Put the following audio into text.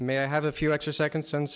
may i have a few extra seconds s